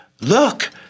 look